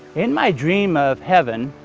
in my dream of heaven,